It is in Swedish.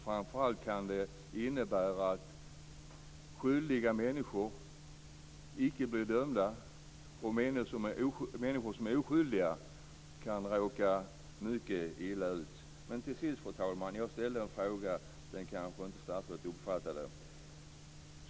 Framför allt kan det innebära att skyldiga människor icke blir dömda och att människor som är oskyldiga kan råka mycket illa ut. Till sist, fru talman: Jag ställde en fråga - den kanske inte statsrådet uppfattade.